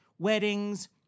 weddings